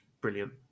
brilliant